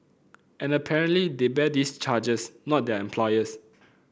and apparently they bear these charges not their employers